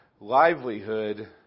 livelihood